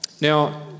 Now